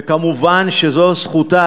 וכמובן זו זכותה.